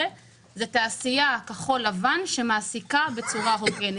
זה לתעשייה כחול לבן שמעסיקה בצורה הוגנת.